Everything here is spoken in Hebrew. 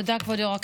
כבוד היו"ר.